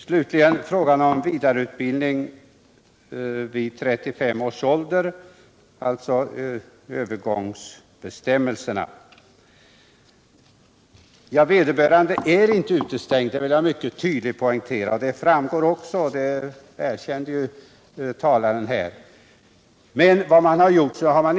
Slutligen några ord om vidareutbildning vid uppnådda 35 år, dvs. övergångsbestämmelserna. Jag vill tydligt poängtera att vederbörande inte är utestängd från vidareutbildning.